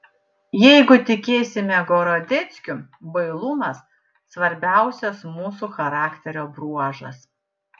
jeigu tikėsime gorodeckiu bailumas svarbiausias mūsų charakterio bruožas